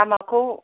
दामाखौ